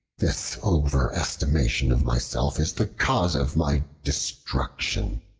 this overestimation of myself is the cause of my destruction.